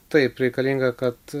taip reikalinga kad